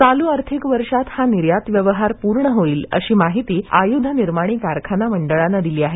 चालू आर्थिक वर्षात हा निर्यात व्यवहार पूर्ण होईल अशी माहिती आयुध निर्माणी कारखाना मंडळानं दिली आहे